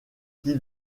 qui